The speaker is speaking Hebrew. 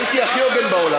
הייתי הכי הוגן בעולם.